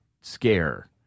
scare